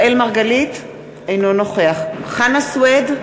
אינו נוכח חנא סוייד,